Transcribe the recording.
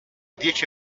dieci